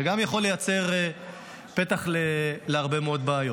זה גם יכול לייצר פתח להרבה מאוד בעיות.